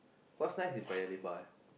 what's nice with Paya-Lebar ah